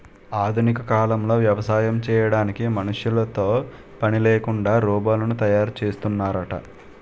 ఆధునిక కాలంలో వ్యవసాయం చేయడానికి మనుషులతో పనిలేకుండా రోబోలను తయారు చేస్తున్నారట